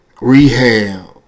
rehab